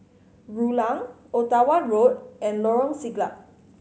Rulang Ottawa Road and Lorong Siglap